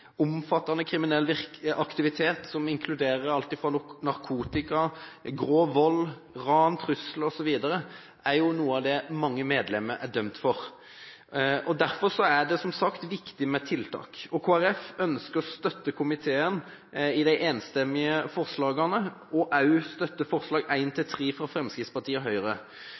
Omfattende kriminell aktivitet som inkluderer alt fra narkotika, grov vold og ran til trusler osv. er noe av det mange medlemmer er dømt for. Derfor er det som sagt viktig med tiltak, Kristelig Folkeparti ønsker å støtte komiteen i de enstemmige forslagene, og også støtte forslagene nr. 1–3, fra Fremskrittspartiet og Høyre.